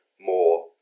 more